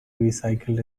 recycled